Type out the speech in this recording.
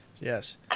yes